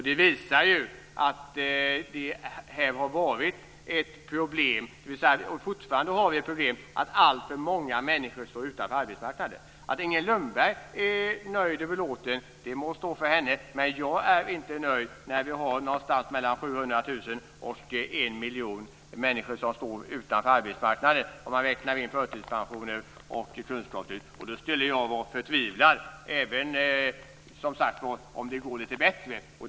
Det visar ju att det här har varit ett problem. Och fortfarande har vi problemet att alltför många människor står utanför arbetsmarknaden. Att Inger Lundberg är nöjd och belåten må stå för henne, men jag är inte nöjd när mellan 700 000 och 1 miljon människor står utanför arbetsmarknaden, om man räknar in förtidspensioner och kunskapslyft. Jag skulle vara förtvivlad, som sagt var, även om det går lite bättre.